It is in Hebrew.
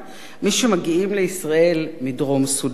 מי שמגיעים לישראל מדרום-סודן,